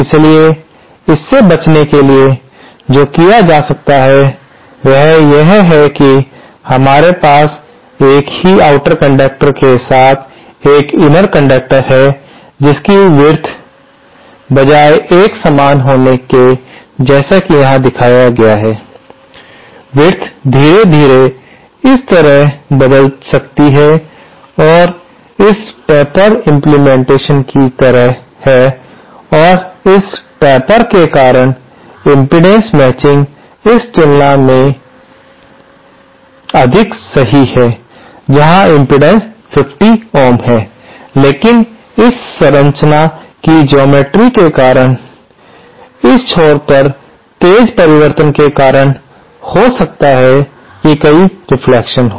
इसलिए इससे बचने के लिए जो किया जा सकता है वह यह है कि हमारे पास एक ही आउटर कंडक्टर के साथ एक इनर कंडक्टर है जिनकी विड्थ बजाय एक समान होने के जैसा कि यहां दिखाया गया है विड्थ धीरे धीरे इस तरह बदल सकती है और इस टेपरड इम्प्लीमेंटेशन की तरह है और इस टेपर के कारण इम्पीडेन्स मैचिंग इस मामले की तुलना में अधिक सही है जहां इम्पीडेन्स 50 ओम है लेकिन इस संरचना की ज्योमेट्री के कारण इस छोर पर तेज परिवर्तन के कारण हो सकता है कि कई रेफ्लेक्शंस हो